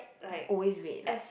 is always red like